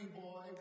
boy